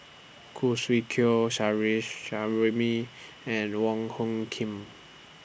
Khoo Swee Chiow and Wong Hung Khim